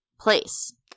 place